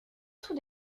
sous